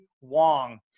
Wong